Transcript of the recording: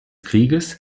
krieges